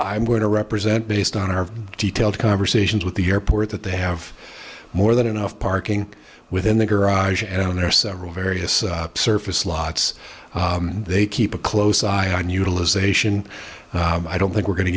i'm going to represent based on our detailed conversations with the airport that they have more than enough parking within the garage and on their several various surface slots they keep a close eye on utilization i don't think we're going to